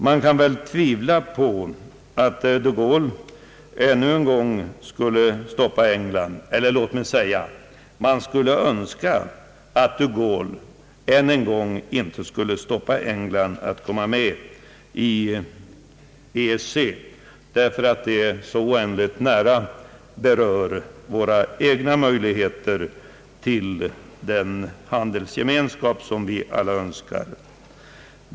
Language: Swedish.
Man kan väl tvivla på att de Gaulle ännu en gång skulle stoppa England. Eller låt mig säga: Man skulle önska att de Gaulle inte än en gång hindrade England att komma med i EEC, därför att detta så nära berör våra egna möjligheter till den handelsgemenskap som vi alla önskar.